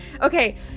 Okay